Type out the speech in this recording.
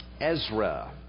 Ezra